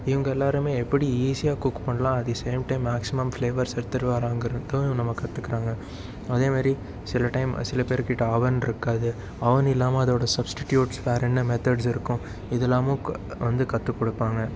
இவங்க எல்லோருமே எப்படி ஈஸியாக குக் பண்ணலாம் at the same time maximum flavours எடுத்துட்டு வராங்கங்குறதும் நம்ம கற்றுக்குறாங்க அதேமாதிரி சில டைம் சில பேருகிட்ட அவன் இருக்காது அவன் இல்லாமல் அதோடய சப்ஸ்டிட்யுட் வேறே என்ன மெத்தேட்ஸ் இருக்கும் இதெல்லாமும் வந்து கற்றுக் கொடுப்பாங்க